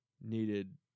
needed